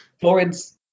Florence